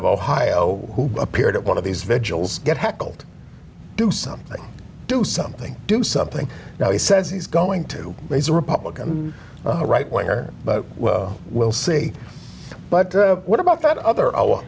of ohio who appeared at one of these vigils get heckled do something do something do something now he says he's going to raise a republican right where but we'll see but what about that other